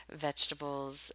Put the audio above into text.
vegetables